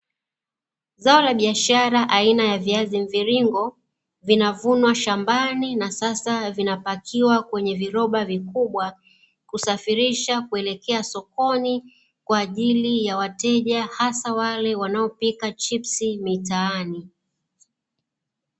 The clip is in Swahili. Zao la biashara aina ya viazi mviringo vinavunwa shambani na sasa vinapakiwa kwenye viroba vikubwa kusafirisha kuelekea sokoni kwa ajili ya wateja hasa wale wanaopika chipsi mitaani.